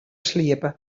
sliepe